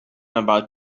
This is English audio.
about